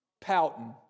pouting